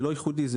זה לא ייחודי.